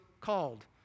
called